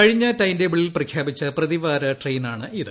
കഴിഞ്ഞ ടൈംടേബിളിൽ പ്രഖ്യാപിച്ച പ്രതിവാര ട്രെയിനാണിത്